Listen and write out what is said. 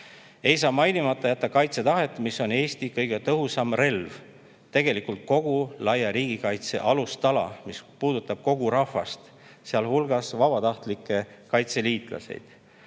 Ei saa mainimata jätta kaitsetahet, mis on Eesti kõige tõhusam relv, tegelikult kogu laia riigikaitse alustala, mis puudutab kogu rahvast, sealhulgas vabatahtlikke kaitseliitlasi.